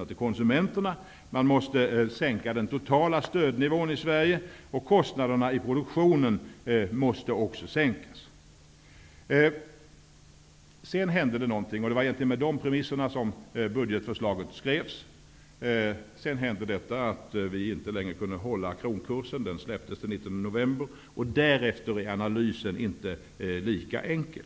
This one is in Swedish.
och till konsumenterna. Man måste sänka den totala stödnivån i Sverige, och kostnaderna i produktionen måste också sänkas. Sedan hände någonting -- och det var egentligen med de premisserna som budgetförslaget skrevs -- nämligen att vi inte längre kunde hålla kronans fasta kurs. Den släpptes den 19 november. Därefter är inte analysen lika enkel.